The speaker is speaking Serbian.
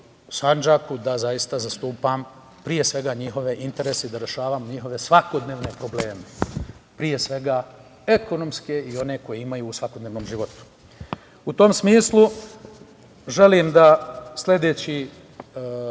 da zaista zastupam, pre svega njihove interese i da rešavam njihove svakodnevne probleme, pre svega ekonomske i one koje imaju u svakodnevnom životu.U tom smislu, želim da sledeći